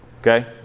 Okay